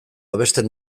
abesten